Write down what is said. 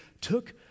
took